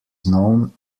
known